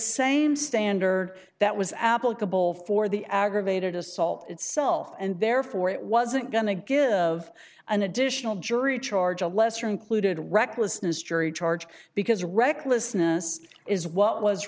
same standard that was applicable for the aggravated assault itself and therefore it wasn't going to give of an additional jury charge a lesser included recklessness jury charge because recklessness is what was